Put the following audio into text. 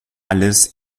alles